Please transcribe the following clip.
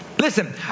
Listen